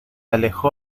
alejó